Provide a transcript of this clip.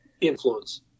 influence